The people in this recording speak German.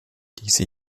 diese